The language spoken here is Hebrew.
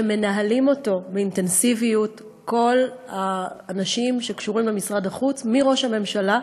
מנהלים אותו באינטנסיביות כל האנשים שקשורים למשרד החוץ: מראש הממשלה,